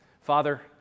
Father